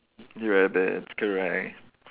rabbits correct